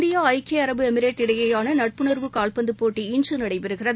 India ஐக்கிய அரபு Emirate இடையேயானநட்புணர்வு கால்பந்துப் போட்டி இன்றுநடைபெறுகிறது